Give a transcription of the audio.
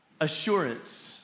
assurance